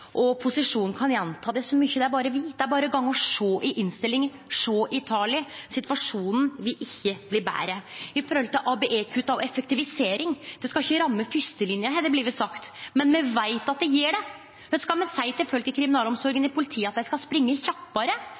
handlingsrom. Posisjonen kan gjenta det motsette så mykje dei berre vil. Det er berre å gå og sjå i innstillinga, sjå på tala. Situasjonen vil ikkje bli betre. Når det gjeld ABE-kutt og effektivisering, skal det ikkje ramme fyrstelinja, har det blitt sagt, men me veit at det gjer det. Skal me seie til folk i kriminalomsorga og i politiet at dei skal springe kjappare?